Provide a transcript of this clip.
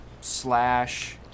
slash